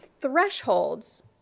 thresholds